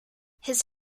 his